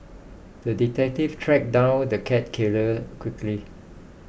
the detective tracked down the cat killer quickly